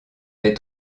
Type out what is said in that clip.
des